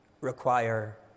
require